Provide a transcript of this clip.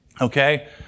Okay